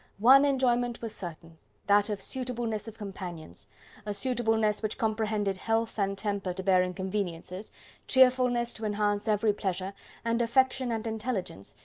one enjoyment was certain that of suitableness of companions a suitableness which comprehended health and temper to bear inconveniences cheerfulness to enhance every pleasure and affection and intelligence,